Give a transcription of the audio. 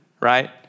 right